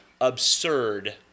absurd